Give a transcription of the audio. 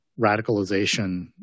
radicalization